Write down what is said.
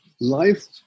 life